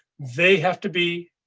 they have to be,